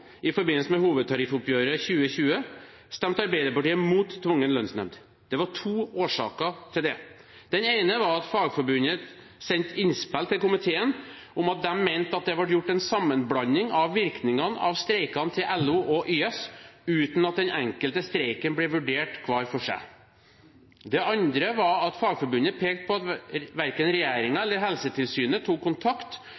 i forbindelse med hovedtariffoppgjøret 2020 – stemte Arbeiderpartiet imot tvungen lønnsnemnd. Det var to årsaker til det. Den ene var at Fagforbundet sendte innspill til komiteen om at de mente det var blitt gjort en sammenblanding av virkningene av streikene til LO og YS, uten at de enkelte streikene ble vurdert hver for seg. Den andre var at Fagforbundet pekte på at